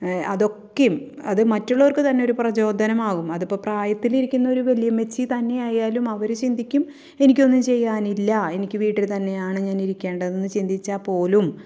അതൊക്കെയും അത് മറ്റുള്ളവർക്ക് തന്നെ ഒരു പ്രചോദനമാവും അത് ഇപ്പോള് പ്രായത്തിലിരിക്കുന്ന ഒരു വല്യമ്മച്ചി തന്നെ ആയാലും അവര് ചിന്തിക്കും എനിക്ക് ഒന്നും ചെയ്യാനില്ല എനിക്ക് വീട്ടിൽ തന്നെയാണ് ഞാൻ ഇരിക്കേണ്ടതെന്ന് ചിന്തിച്ചാല്പോലും